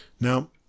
Now